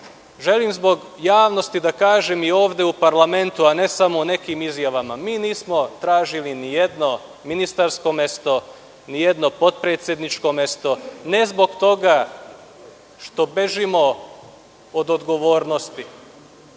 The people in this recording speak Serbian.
Želim zbog javnosti da kažem i ovde u parlamentu, a ne samo u nekim izjavama, da mi nismo tražili ni jedno ministarsko mesto, ni jedno potpredsedničko mesto, ne zbog toga što bežimo od odgovornosti,